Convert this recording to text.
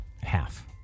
Half